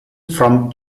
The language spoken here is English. from